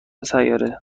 سیاره